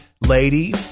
lady